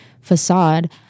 facade